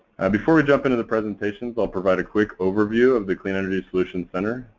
and before we jump into the presentations, i'll provide a quick overview of the clean energy solutions center.